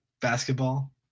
basketball